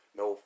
no